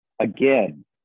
Again